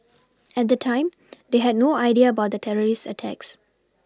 at the time they had no idea about the terrorist attacks